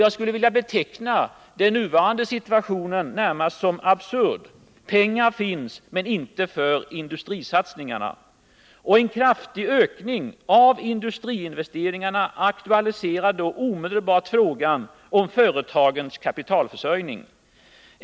Jag skulle vilja beteckna den nuvarande situationen som närmast absurd. Pengar finns, men inte för industrisatsningarna. En kraftig ökning av industriinvesteringarna aktualiserar omedelbart frågan om företagens kapitalförsörjning.